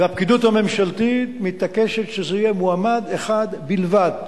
והפקידות הממשלתית מתעקשת שזה יהיה מועמד אחד בלבד.